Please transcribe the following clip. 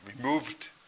removed